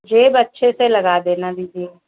जेब अच्छे से लगा देना दीदी